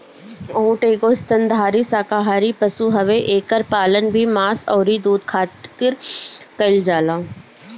ऊँट एगो स्तनधारी शाकाहारी पशु हवे एकर पालन भी मांस अउरी दूध खारित कईल जात हवे